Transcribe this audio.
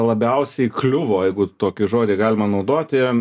labiausiai kliuvo jeigu tokį žodį galima naudoti